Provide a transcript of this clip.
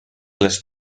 les